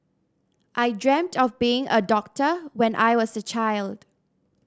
I dreamt of being a doctor when I was a child